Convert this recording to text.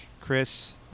Chris